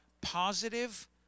positive